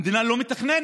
המדינה לא מתכננת.